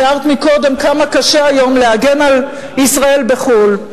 תיארת קודם כמה קשה היום להגן על ישראל בחו"ל.